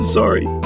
sorry